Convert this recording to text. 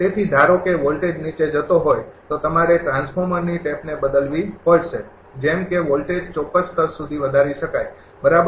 તેથી ધારો કે વોલ્ટેજ નીચે જતો હોય તો તમારે ટ્રાન્સફોર્મરની ટેપને બદલવી પડશે જેમ કે વોલ્ટેજ ચોક્કસ સ્તર સુધી વધારી શકાય બરાબર